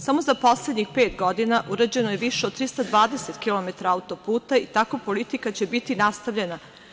Samo za poslednjih pet godina urađeno je više od 320 kilometara auto-puta i takva politika će biti nastavljena.